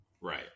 Right